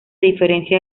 diferencia